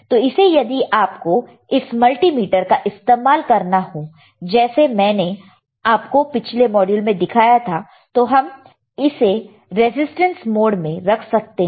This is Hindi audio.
तो इसे यदि आपको इस मल्टीमीटर का इस्तेमाल करना हो जैसे मैंने आपको पिछले मॉड्यूल में दिखाया था तो हम इसे रेसिस्टेंस मोड में रख सकते हैं